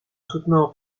soutenant